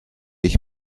ich